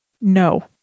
No